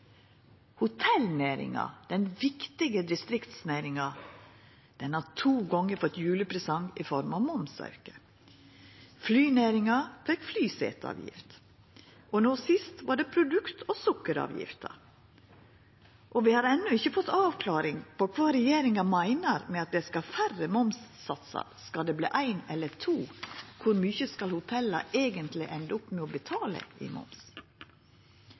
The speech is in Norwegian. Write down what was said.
Hotellnæringa, den viktige distriktsnæringa, har to gonger fått ein julepresang i form av momsauke. Flynæringa fekk ei flyseteavgift. No sist var det produkt- og sukkeravgifta. Vi har enno ikkje fått noka avklaring om kva regjeringa meiner med at det skal vera færre momssatsar. Skal det verta éin eller to? Kor mykje skal hotella eigentleg enda med å betala i moms?